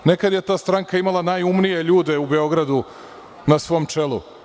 Nekad je ta stranka imala najumnije ljude u Beogradu na svom čelu.